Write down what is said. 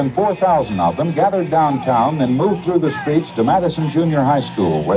um four thousand of them, gathered downtown and moved through the streets to madison junior high school,